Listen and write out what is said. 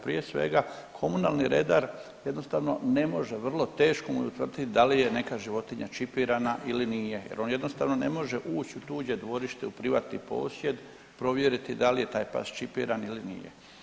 Prije svega komunalni redar jednostavno ne može, vrlo teško mu je utvrditi da li je neka životinja čipirana ili nije jer on jednostavno ne može ući u tuđe dvorište, u privatni posjet provjeriti da li je taj pas čipiran ili nije.